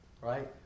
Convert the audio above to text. right